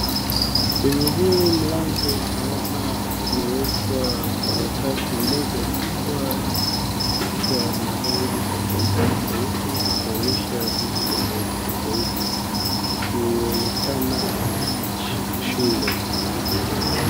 Kwenye hili mlango naona kumewekwa karatasi moja kubwa imeandikwa na rangi tofautitofauti kumaanisha vitu tofautitofauti kuonekana hii ni shule.